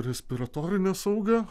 respiratorinė sauga